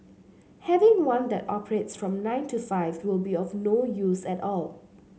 having one that operates from nine to five will be of no use at all